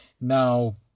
Now